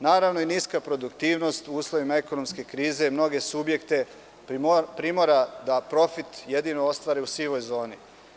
Naravno, i niska produktivnost u uslovima ekonomske krize, mnoge subjekte primora da profit jedino ostvari u sivoj zoni.